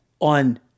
On